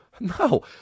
No